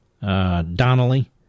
Donnelly